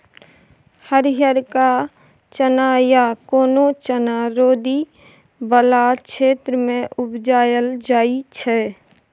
हरियरका चना या कोनो चना रौदी बला क्षेत्र मे उपजाएल जाइ छै